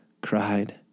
cried